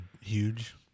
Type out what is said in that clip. huge